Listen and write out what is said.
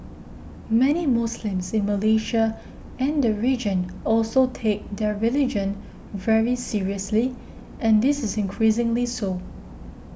many Muslims in Malaysia and the region also take their religion very seriously and this is increasingly so